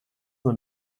man